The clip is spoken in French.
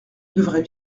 devrait